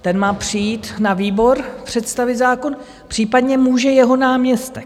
Ten má přijít na výbor představit zákon, případně může jeho náměstek.